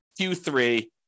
Q3